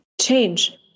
Change